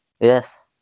Yes